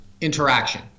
interaction